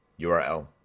URL